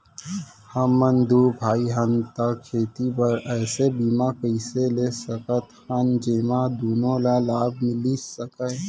हमन दू भाई हन ता खेती बर ऐसे बीमा कइसे ले सकत हन जेमा दूनो ला लाभ मिलिस सकए?